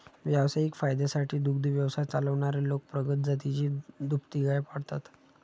व्यावसायिक फायद्यासाठी दुग्ध व्यवसाय चालवणारे लोक प्रगत जातीची दुभती गाय पाळतात